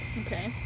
Okay